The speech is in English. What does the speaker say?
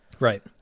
Right